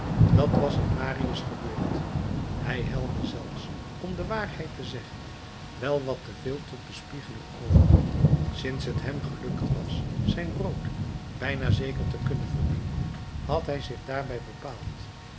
dat was in marius gebeurd hij helde zelfs om de waarheid te zeggen wel wat te veel tot bespiegeling over sinds het hem gelukt was zijn brood bijna zeker te kunnen verdienen had hij zich daarbij bepaald